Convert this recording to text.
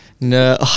No